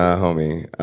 ah humming